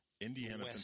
Indiana